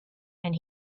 and